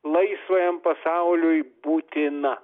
laisvajam pasauliui būtina